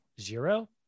zero